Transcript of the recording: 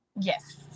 Yes